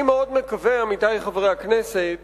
אני מאוד מקווה, עמיתי חברי הכנסת,